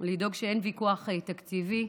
לדאוג שאין ויכוח תקציבי.